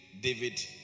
David